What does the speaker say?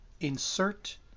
Insert